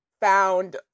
found